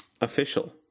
Official